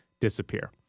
disappear